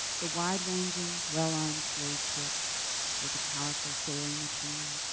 the wide-ranging, well-armed slave ship was a powerful sailing machine.